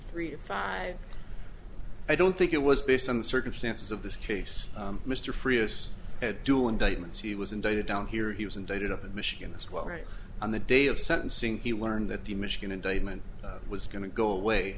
three or five i don't think it was based on the circumstances of this case mr frias had dual indictments he was indicted down here he was indicted up in michigan as well right on the day of sentencing he learned that the michigan indictment was going to go away